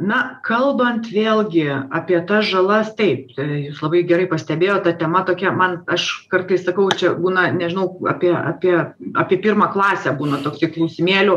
na kalbant vėlgi apie tas žalas taip jūs labai gerai pastebėjot ta tema tokia man aš kartais sakau čia būna nežinau apie apie apie pirmą klasę būna tokie klausimėlių